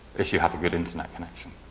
if you have a good internet connection.